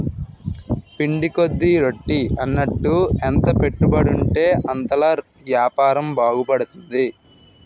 పిండి కొద్ది రొట్టి అన్నట్టు ఎంత పెట్టుబడుంటే అంతలా యాపారం బాగుపడతది